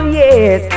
yes